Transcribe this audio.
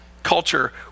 Culture